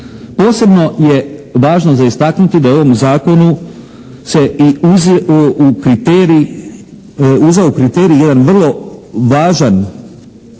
Posebno je važno za istaknuti da je u ovom zakonu se i uzeo kriterij jedan vrlo važan